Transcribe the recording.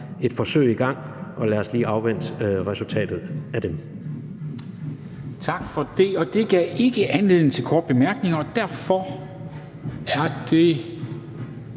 et forsøg i gang, og lad os lige afvente resultatet af det.